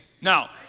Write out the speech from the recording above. now